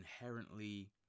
inherently